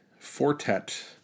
Fortet